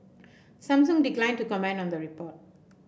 Samsung declined to comment on the report